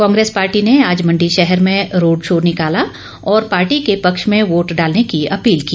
Congress party ने आज मंडी शहर में रोड शो निकाला और पॉर्टी के पक्ष में वोट डालने की अपील की